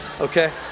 okay